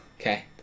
Okay